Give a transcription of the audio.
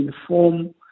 inform